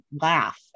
laugh